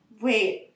wait